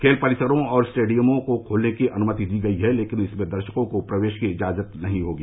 खेल परिसरों और स्टेडियमों को खोलने की अनुमति दी गई है लेकिन इसमें दर्शकों को प्रवेश की इजाजत नहीं होगी